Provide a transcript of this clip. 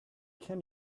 can